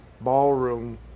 ballroom